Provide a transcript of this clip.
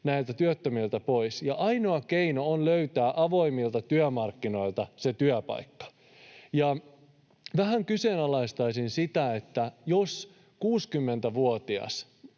näiltä työttömiltä pois, ja ainoa keino on löytää avoimilta työmarkkinoilta se työpaikka. Ja vähän kyseenalaistaisin sitä, että jos 60-vuotias,